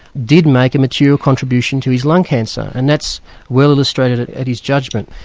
did make a mature contribution to his lung cancer, and that's well illustrated at at his judgment.